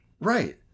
Right